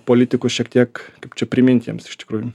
politikus šiek tiek kaip čia primint jiems iš tikrųjų